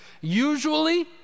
Usually